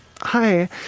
Hi